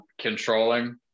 controlling